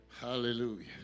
Hallelujah